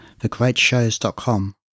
thegreatshows.com